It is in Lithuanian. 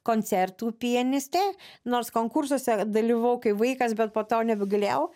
koncertų pianistė nors konkursuose dalyvavau kai vaikas bet po to nebegalėjau